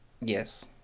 Yes